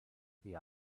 the